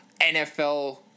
NFL